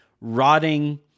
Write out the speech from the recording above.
rotting